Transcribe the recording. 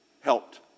helped